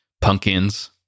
pumpkins